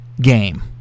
game